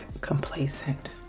complacent